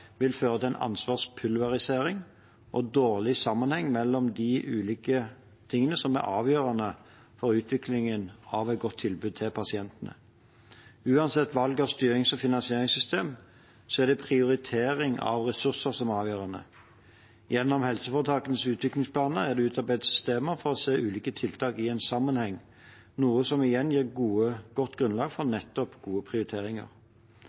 vil føre til en ansvarspulverisering og dårlig sammenheng mellom de ulike tingene som er avgjørende for utviklingen av et godt tilbud til pasientene. Uansett valg av styrings- og finansieringssystem er det prioritering av ressurser som er avgjørende. Gjennom helseforetakenes utviklingsplaner er det utarbeidet systemer for å se ulike tiltak i en sammenheng, noe som igjen gir et godt grunnlag for nettopp gode prioriteringer.